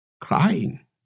crying